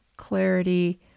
clarity